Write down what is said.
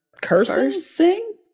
cursing